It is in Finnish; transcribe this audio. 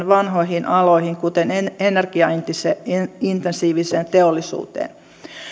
vanhoihin aloihin kuten energiaintensiiviseen teollisuuteen